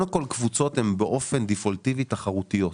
קודם כל קבוצות הן באופן דיפולטיבי תחרויות.